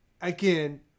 again